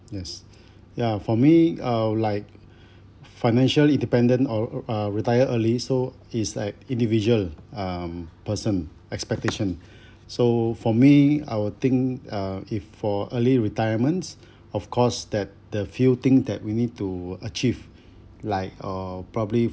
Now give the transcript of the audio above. yes ya for me uh like financial independence or uh retire early so is like individual um person expectation so for me I will think uh if for early retirements of course that the few things that we need to achieve like uh probably